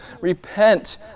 repent